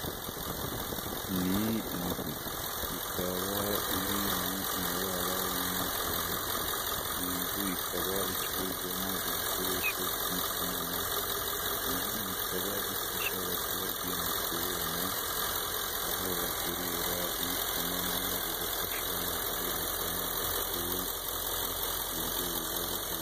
Ni inzu. Ikaba iri mu mabara y'umuhondo. Iyi nzu ikaba icururizwamo ibikoresho by'itumanaho. Ibi bikaba bifasha abaturage mu kubona, aho bagurira itumanaho ribafasha mu guhererekanya amakuru, mu buryo buboroheye.